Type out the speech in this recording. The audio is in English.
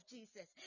Jesus